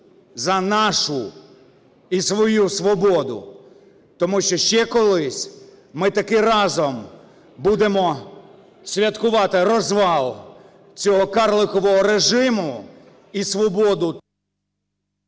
за нашу і свою свободу. Тому що ще колись ми таки разом будемо святкувати розвал цього "карликового режиму" і свободу…